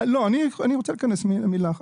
לא, אני רוצה להיכנס עם מילה אחת.